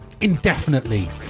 indefinitely